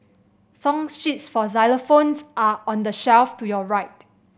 song sheets for xylophones are on the shelf to your right